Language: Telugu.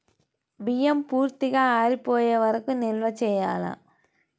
బియ్యం పూర్తిగా ఆరిపోయే వరకు నిల్వ చేయాలా?